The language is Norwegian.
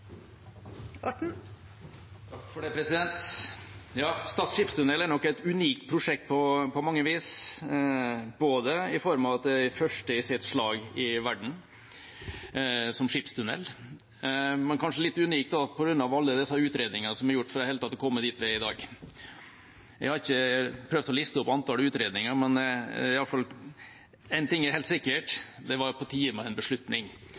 nok et unikt prosjekt på mange vis. Det er, som skipstunnel, det første av sitt slag i verden. Prosjektet er også litt unikt på grunn av alle utredningene som er gjort for i det hele tatt å komme dit vi er i dag. Jeg har ikke prøvd å liste opp antall utredninger, men én ting er iallfall helt sikkert: Det var på tide med en beslutning.